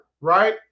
right